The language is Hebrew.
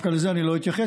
דווקא לזה אני לא אתייחס.